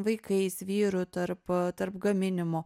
vaikais vyru tarp tarp gaminimo